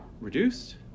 reduced